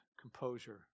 composure